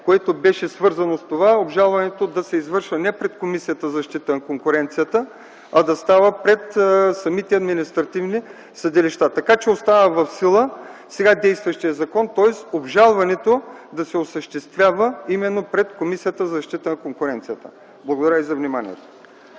което беше свързано с това обжалването да се извършва не пред Комисията за защита на конкуренцията, а да става пред самите административни съдилища, така че остава в сила сега действащият закон, тоест обжалването да се осъществява именно пред Комисията за защита на конкуренцията. Благодаря Ви за вниманието.